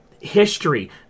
history